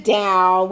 down